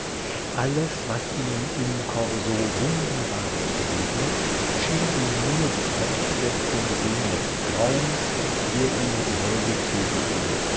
alles was ihm im korso wunderbares begegnet schien ihm nur die fortsetzung jenes traums der ihm die holde zugeführt